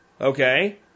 Okay